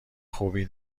خوبی